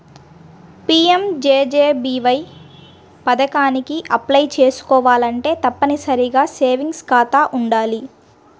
PMJJBY పథకానికి apply చేసుకోవాలంటే తప్పనిసరిగా సేవింగ్స్ ఖాతా వుండాలి